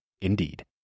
Indeed